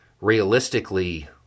realistically